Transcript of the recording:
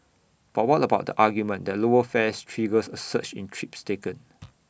but what about the argument that lower fares triggers A surge in trips taken